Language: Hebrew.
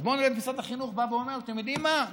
אז בוא נראה את משרד החינוך בא ואומר: אתם יודעים מה?